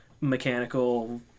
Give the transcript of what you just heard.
mechanical